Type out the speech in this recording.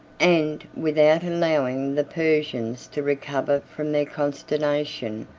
and, without allowing the persians to recover from their consternation,